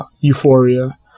Euphoria